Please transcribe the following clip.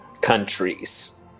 countries